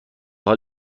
حال